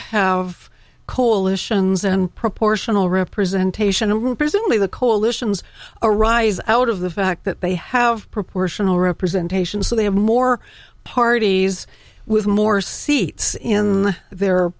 have coalitions and proportional representation room presumably the coalitions arise out of the fact that they have proportional representation so they have more parties with more seats in their